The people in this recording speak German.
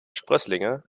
sprösslinge